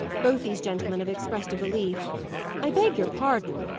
both these gentlemen have expressed a belief i beg your pardon,